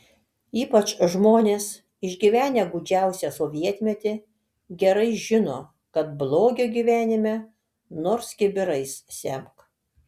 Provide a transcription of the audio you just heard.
ypač žmonės išgyvenę gūdžiausią sovietmetį gerai žino kad blogio gyvenime nors kibirais semk